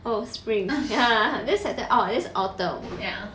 oh spring ya then september orh that's autumn